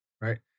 right